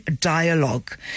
Dialogue